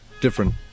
different